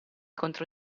contro